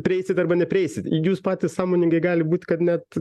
prieisit arba neprieisit jūs patys sąmoningai gali būt kad net